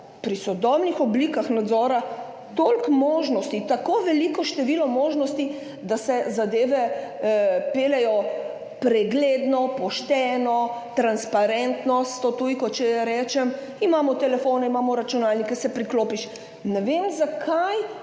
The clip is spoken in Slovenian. pri sodobnih oblikah nadzora toliko možnosti, tako veliko število možnosti, da se zadeve peljejo pregledno, pošteno, transparentno, s to tujko, če jo rečem, imamo telefone, imamo računalnike, se priklopiš. Ne vem, zakaj